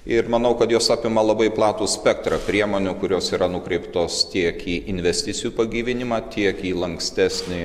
ir manau kad jos apima labai platų spektrą priemonių kurios yra nukreiptos tiek į investicijų pagyvinimą tiek į lankstesnį